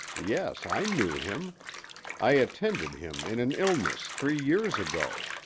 yes, i knew him i attended him in an illness three years ago.